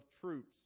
troops